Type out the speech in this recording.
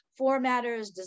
formatters